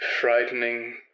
frightening